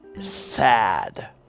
sad